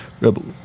Rebel